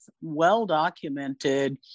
well-documented